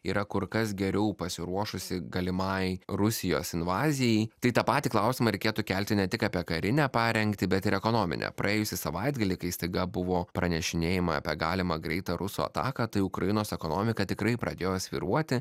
yra kur kas geriau pasiruošusi galimai rusijos invazijai tai tą patį klausimą reikėtų kelti ne tik apie karinę parengtį bet ir ekonominę praėjusį savaitgalį kai staiga buvo pranešinėjama apie galimą greitą rusų ataką tai ukrainos ekonomika tikrai pradėjo svyruoti